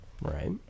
right